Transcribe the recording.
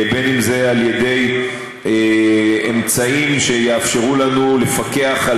בין אם זה על ידי אמצעים שיאפשרו לנו לפקח על